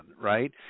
right –